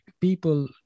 people